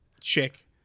chick